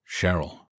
Cheryl